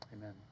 amen